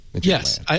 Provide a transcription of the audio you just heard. Yes